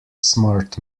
smart